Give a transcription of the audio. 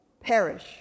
Perish